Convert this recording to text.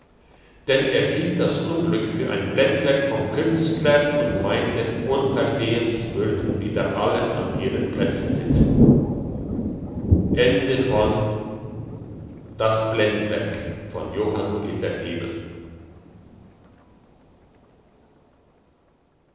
denn er hielt das unglück für ein blendwerk vom künstler und meinte unversehens würden wieder alle an ihren plätzen sitzen